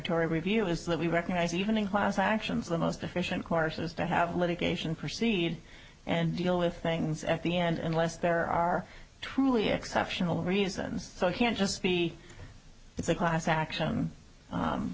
tory review is that we recognise even in class actions the most efficient course it is to have litigation proceed and deal with things at the end unless there are truly exceptional reasons so you can't just be it's a class action